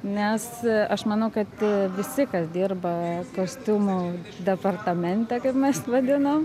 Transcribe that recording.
nes aš manau kad visi kas dirba kostiumų departamente kaip mes vadinam